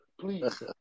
please